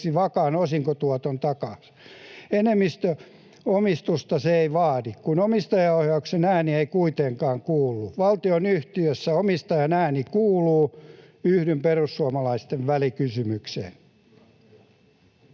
vakaan osinkotuoton takia. Enemmistöomistusta se ei vaadi, kun omistajaohjauksen ääni ei kuitenkaan kuulu. Valtionyhtiössä omistajan ääni kuuluu. Yhdyn perussuomalaisten välikysymykseen.